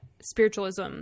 spiritualism